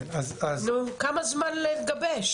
כן, אז נו, כמה זמן לגבש?